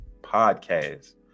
podcast